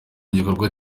igikorwa